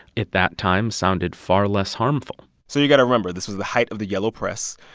at that time, sounded far less harmful so you've got to remember, this was the height of the yellow press.